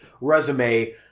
resume